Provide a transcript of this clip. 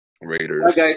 Raiders